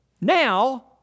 now